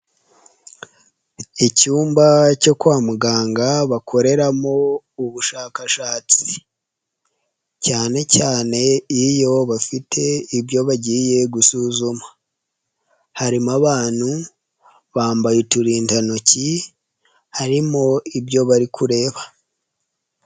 Icyumba cyo kwa muganga bakoreramo ubushakashatsi, cyane cyane iyo bafite ibyo bagiye gusuzuma, harimo abantu bambaye uturindantoki, harimo ibyo bari kureba.